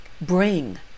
Bring